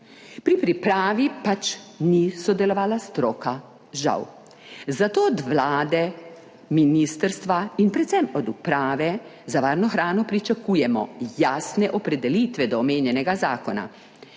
(nadaljevanje) sodelovala stroka. Žal. Zato od vlade, ministrstva in predvsem od Uprave za varno hrano pričakujemo jasne opredelitve do omenjenega zakona.